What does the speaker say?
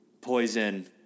Poison